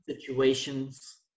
situations